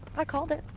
i called it,